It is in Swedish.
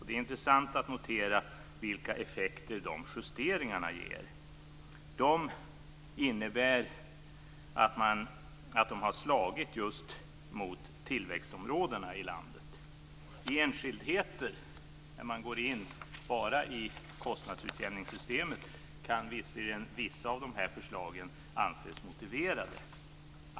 Det är intressant att notera vilka effekter de justeringarna ger. De har slagit just mot tillväxtområdena i landet. När man går in i enskildheter i kostnadsutjämningssystemet kan visserligen vissa av de här förslagen anses motiverade.